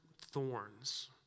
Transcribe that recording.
thorns